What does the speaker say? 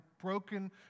broken